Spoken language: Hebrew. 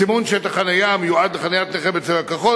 סימון שטח חנייה המיועד לחניית נכים בצבע כחול